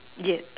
yes